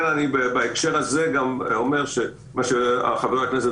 בהקשר הזה אני גם אומר מה שגם חבר הכנסת